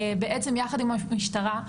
יחד עם המשטרה,